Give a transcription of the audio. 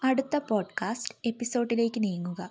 അടുത്ത പോഡ്കാസ്റ്റ് എപ്പിസോഡിലേക്ക് നീങ്ങുക